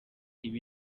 ibi